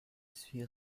suis